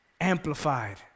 amplified